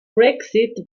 brexit